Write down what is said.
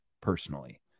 personally